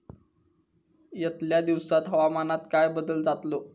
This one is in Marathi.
यतल्या दिवसात हवामानात काय बदल जातलो?